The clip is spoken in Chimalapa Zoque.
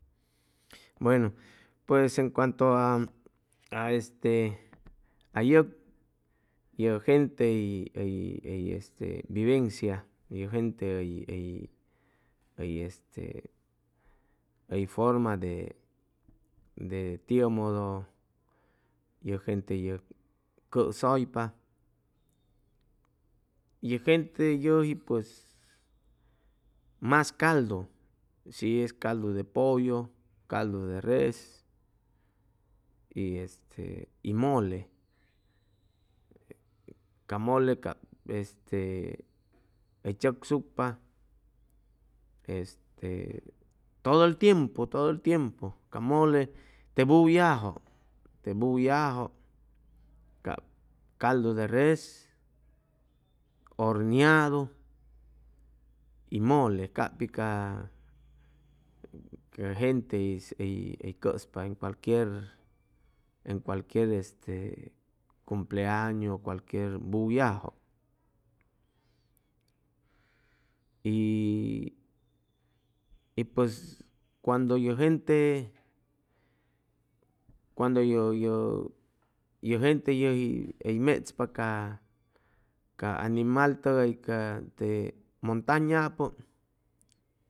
Buenu pues en cuento a a este yʉg yʉ gente hʉy vivencia ye gente hʉy hʉy este hʉy forma de tiʉmodo ye gente yʉg cʉsʉypa ye gente yʉji pues mas caldu shi es caldu de pollo caldu de res y este mole ca mole cap este hʉy chʉcsupa todo el tiempu todo el tiempu ca mole te buyajʉ te buyajʉ cap caldu de res horniadu y mole cap pi ca ca genteis hʉy cʉspa en cualquier en cualquier este cumpleañu o cualquier buyajʉ y y pues cuando ye gente cuendo yʉ yʉ yʉ gente hʉy mechpa ca ca animal tʉgay ca te montañapʉ